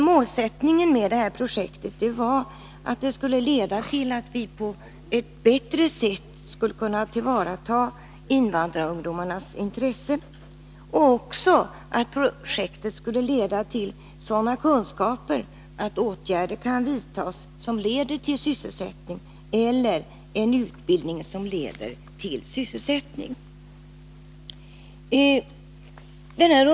Målsättningen för projektet var att det skulle leda till att invandrarungdomarnas intressen skulle kunna tillvaratas på ett bättre sätt, men också att sådana kunskaper skulle erhållas att åtgärder i form av utbildningsinsatser eller andra insatser som ger ungdomarna sysselsättning skulle kunna vidtas.